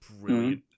Brilliant